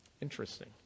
Interesting